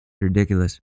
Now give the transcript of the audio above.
Ridiculous